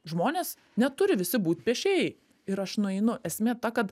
žmonės neturi visi būt piešėjai ir aš nueinu esmė ta kad